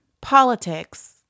politics